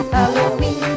Halloween